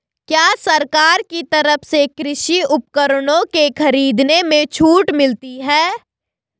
क्या सरकार की तरफ से कृषि उपकरणों के खरीदने में छूट मिलती है?